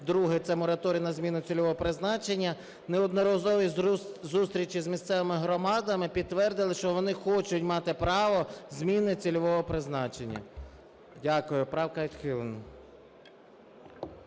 другий – це мораторій на зміну цільового призначення. Неодноразові зустрічі з місцевими громадами підтвердили, що вони хочуть мати право зміни цільового призначення. Дякую. Правка відхилена.